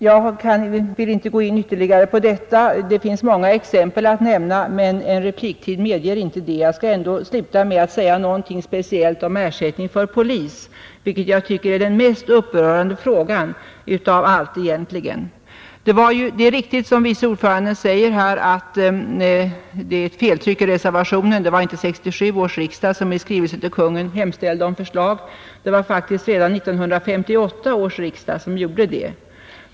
Jag vill inte gå in ytterligare på detta. Det finns många exempel att nämna, men en repliktid medger inte det. Jag skall ändå sluta med att säga någonting speciellt om ersättning åt poliser, som jag tycker egentligen är den mest upprörande frågan av alla. Det är riktigt, som vice ordföranden här säger, att det föreligger ett feltryck i reservationen. Det var inte 1967 års riksdag, som i skrivelse till Kungl. Maj:t hemställde om förslag, utan det var faktiskt redan 1958 års riksdag som gjorde det.